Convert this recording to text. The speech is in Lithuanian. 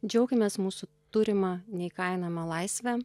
džiaukimės mūsų turima neįkainojama laisve